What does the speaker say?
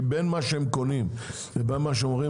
כי בין מה שהם קונים לבין מה שהם אומרים